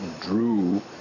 drew